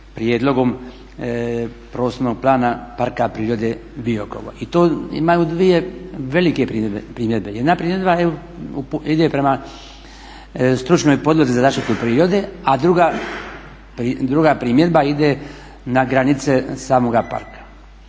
Prijedlogom prostornog plana Parka prirode Biokovo i to imaju dvije velike primjedbe. Jedna primjedba ide prema stručnoj podlozi za zaštitu prirode, a druga primjedba ide na granice samoga parka.